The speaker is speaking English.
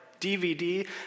DVD